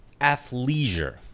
athleisure